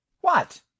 What